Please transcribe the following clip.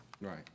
Right